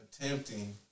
attempting